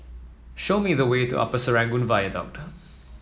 show me the way to Upper Serangoon Viaduct